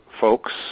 folks